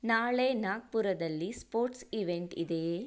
ನಾಳೆ ನಾಗ್ಪುರದಲ್ಲಿ sports event ಇದೆಯೇ